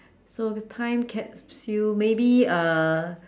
so the time capsule maybe uh